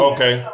Okay